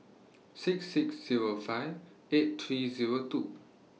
six six Zero five eight three Zero two